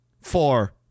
Four